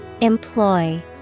Employ